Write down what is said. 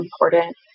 important